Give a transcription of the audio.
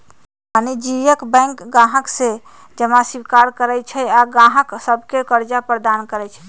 वाणिज्यिक बैंक गाहक से जमा स्वीकार करइ छइ आऽ गाहक सभके करजा प्रदान करइ छै